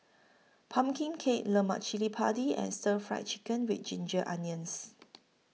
Pumpkin Cake Lemak Cili Padi and Stir Fried Chicken with Ginger Onions